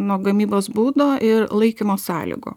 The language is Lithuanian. nuo gamybos būdo ir laikymo sąlygų